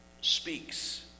speaks